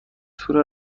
تور